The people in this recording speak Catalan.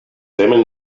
temen